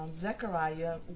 Zechariah